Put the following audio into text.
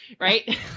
Right